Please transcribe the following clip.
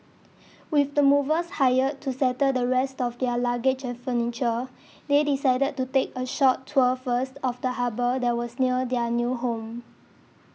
with the movers hired to settle the rest of their luggage and furniture they decided to take a short tour first of the harbour that was near their new home